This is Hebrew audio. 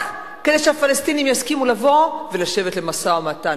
רק כדי שהפלסטינים יסכימו לבוא ולשבת למשא-ומתן.